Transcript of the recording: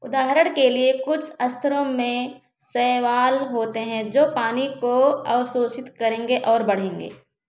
उदाहरण के लिए कुछ स्तरों में सवाल होते हैं जो पानी को अवसोषित करेंगे और बढ़ेंगे